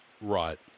right